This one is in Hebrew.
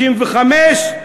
65,